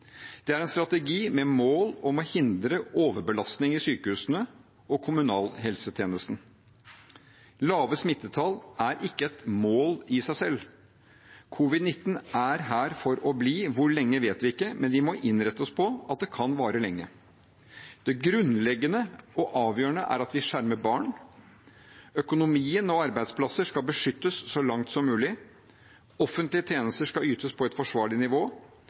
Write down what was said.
Det er en strategi med mål om å hindre overbelastning i sykehusene og i kommunalhelsetjenesten. Lave smittetall er ikke et mål i seg selv. Covid-19 er her for å bli. Hvor lenge vet vi ikke, men vi må innrette oss på at det kan vare lenge. Det grunnleggende og avgjørende er at vi skjermer barn. Økonomien og arbeidsplasser skal beskyttes så langt som mulig. Offentlige tjenester skal ytes på et forsvarlig nivå.